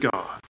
God